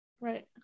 right